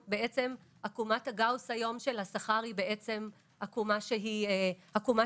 עקומת גאוס היום של השכר היא עקומה כפולה,